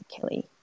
Kelly